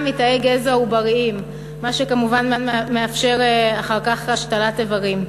מתאי גזע עובריים מה שמאפשר כמובן אחר כך השתלת איברים.